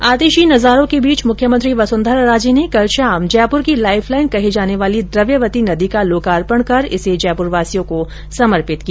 आतिशी नजारों के बीच मुख्यमंत्री वसुन्धरा राजे ने कल शाम जयपुर की लाइफ लाईन कही जाने वाली द्रव्यवती नदी का लोकार्पण कर इसे जयपुरवासियों को समर्पित किया